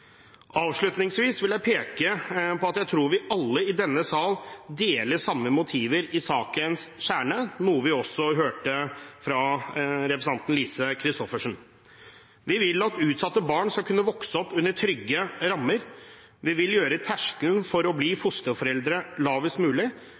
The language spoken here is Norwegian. Avslutningsvis vil jeg peke på at jeg tror vi alle i denne sal deler samme motiver i sakens kjerne, noe vi også hørte fra representanten Lise Christoffersen. Vi vil at utsatte barn skal kunne vokse opp under trygge rammer. Vi vil gjøre terskelen for å bli